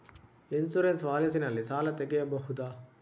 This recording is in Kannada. ಇನ್ಸೂರೆನ್ಸ್ ಪಾಲಿಸಿ ನಲ್ಲಿ ಸಾಲ ತೆಗೆಯಬಹುದ?